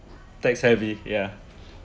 tech savvy ya